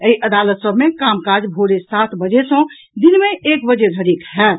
एहि अदालत सभ मे कामकाज भोरे सात बजे सॅ दिन मे एक बजे धरिक होयत